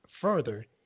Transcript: further